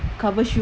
cover shoe